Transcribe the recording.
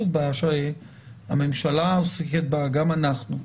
שזאת בעיה שהממשלה עוסקת בה וגם אנחנו.